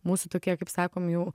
mūsų tokie kaip sakom jau